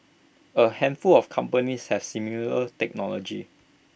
A handful of companies have similar technology